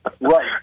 Right